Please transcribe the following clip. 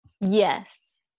Yes